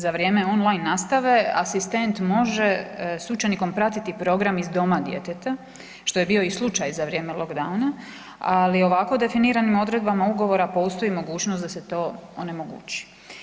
Za vrijeme on line nastave asistent može s učenikom pratiti program iz doma djeteta što je bio i slučaj za vrijeme lockdowna, ali ovako definiranim odredbama ugovora postoji mogućnost da se to onemogući.